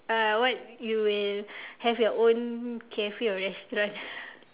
uh what you will have your own cafe or restaurant